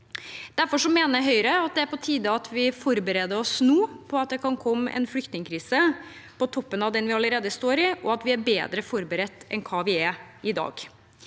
Derfor mener Høyre det nå er på tide at vi forbereder oss på at det kan komme en flyktningkrise på toppen av den vi allerede står i, og at vi er bedre forberedt enn hva vi er i dag.